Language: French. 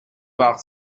par